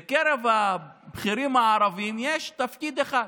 בקרב הבכירים מהערבים יש בעל תפקיד אחד,